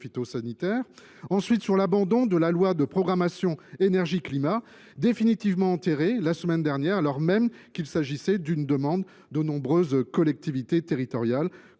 ensuite, sur l’abandon du projet de loi de programmation sur l’énergie et le climat, définitivement enterré la semaine dernière, alors même qu’il s’agit d’une demande de nombreuses collectivités territoriales,